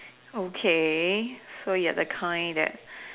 okay so you're the kind that